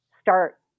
start